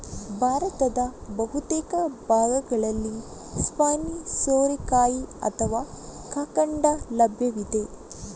ಭಾರತದ ಬಹುತೇಕ ಭಾಗಗಳಲ್ಲಿ ಸ್ಪೈನಿ ಸೋರೆಕಾಯಿ ಅಥವಾ ಕಂಕಡ ಲಭ್ಯವಿದೆ